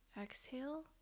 exhale